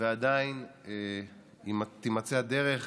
ועדיין תימצא הדרך